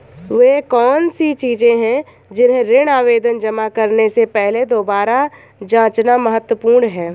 वे कौन सी चीजें हैं जिन्हें ऋण आवेदन जमा करने से पहले दोबारा जांचना महत्वपूर्ण है?